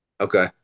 Okay